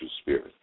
spirit